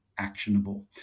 actionable